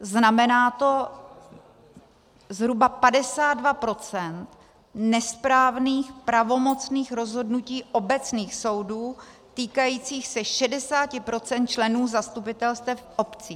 Znamená to zhruba 52 % nesprávných pravomocných rozhodnutí obecných soudů týkajících se 60 % členů zastupitelstev obcí.